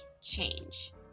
change